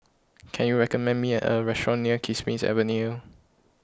can you recommend me a restaurant near Kismis Avenue